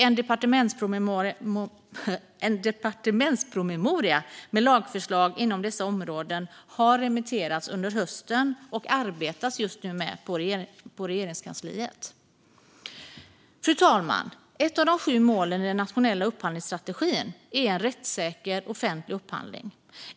En departementspromemoria med lagförslag inom dessa områden remitterades under hösten och arbetas med på Regeringskansliet just nu. Fru talman! Ett av de sju målen i den nationella upphandlingsstrategin är en rättssäker offentlig upphandling.